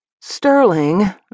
Sterling